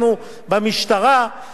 וההשלכה וההצמדות,